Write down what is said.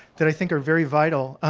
that i think are very vital.